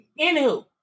Anywho